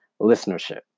listenership